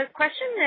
question